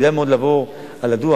כדאי מאוד לעבור על הדוח.